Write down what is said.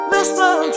Listen